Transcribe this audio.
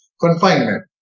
confinement